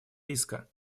риска